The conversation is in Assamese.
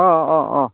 অঁ অঁ অঁ